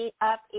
Up